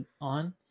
on